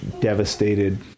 devastated